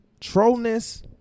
trollness